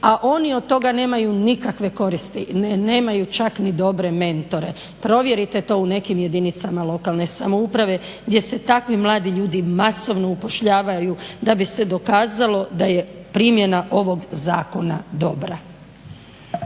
a oni od toga nemaju nikakve koristi, nemaju čak ni dobre mentore. Provjerite to u nekim jedinicama lokalne samouprave gdje se takvi mladi ljudi masovno upošljavaju da bi se dokazalo da je primjena ovog zakona dobra.